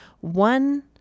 one